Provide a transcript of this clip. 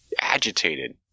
agitated